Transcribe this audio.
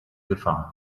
gefahr